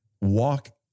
walk